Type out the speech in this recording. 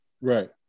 right